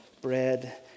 bread